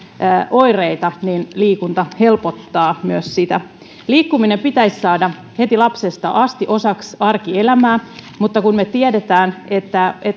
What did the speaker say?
oireita niin liikunta helpottaa myös sitä liikkuminen pitäisi saada heti lapsesta asti osaksi arkielämää mutta kun me tiedämme että